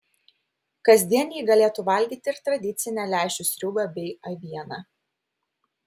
kasdien ji galėtų valgyti ir tradicinę lęšių sriubą bei avieną